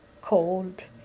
cold